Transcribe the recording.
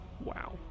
wow